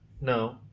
no